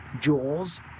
jaws